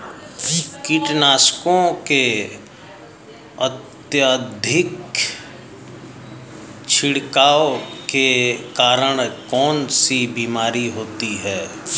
कीटनाशकों के अत्यधिक छिड़काव के कारण कौन सी बीमारी होती है?